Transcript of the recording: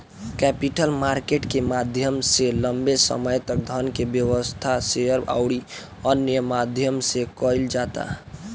capital market के माध्यम से लंबे समय तक धन के व्यवस्था, शेयर अउरी अन्य माध्यम से कईल जाता